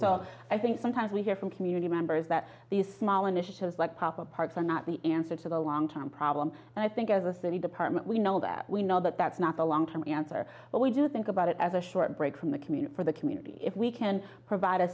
so i think sometimes we hear from community members that these small initiatives like proper parks are not the answer to the long term problem and i think as a city department we know that we know that that's not a long term answer but we do think about it as a short break from the community for the community if we can provide a